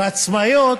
ועצמאיות,